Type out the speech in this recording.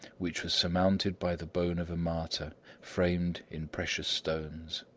which was surmounted by the bone of a martyr, framed in precious stones.